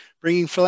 bringing